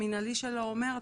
המינהלי שלו אומר,